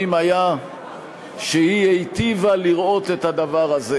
היה שהיא היטיבה לראות את הדבר הזה.